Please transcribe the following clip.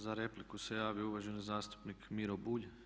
Za repliku se javio uvaženi zastupnik Miro Bulj.